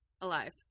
Alive